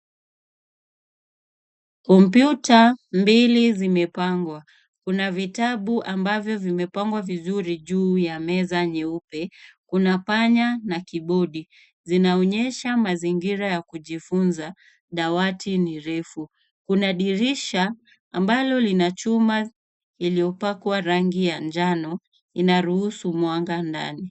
Kompyuta mbili zimepangwa kuna vitabu ambavyo vimepangwa vizuri juu ya meza nyeupe kuna panya na kibodi zinaonyesha mazingira ya kujifunza dawati ni refu. Kuna dirisha ambalo lina chuma yaliyopakwa rangi ya njano inaruhusu mwanga ndani.